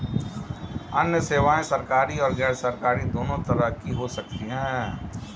अन्य सेवायें सरकारी और गैरसरकारी दोनों तरह की हो सकती हैं